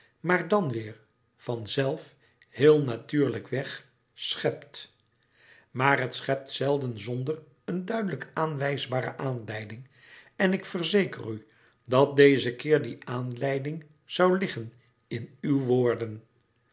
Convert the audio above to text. maar dan weêr van zelf heel natuurlijk weg schept maar het schept zelden zonder een duidelijk aanwijsbare aanleiding en ik verzeker u dat dezen keer die aanleiding zoû liggen in uw woorden